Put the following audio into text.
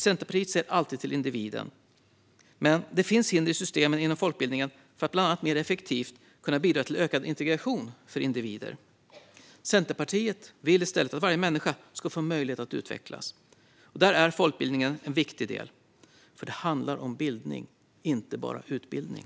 Centerpartiet ser alltid till individen, men det finns hinder i systemen inom folkbildningen för att bland annat mer effektivt kunna bidra till ökad integration för individer. Centerpartiet vill att varje människa ska får möjlighet att utvecklas. Där är folkbildningen en viktig del, för det handlar om bildning och inte bara om utbildning.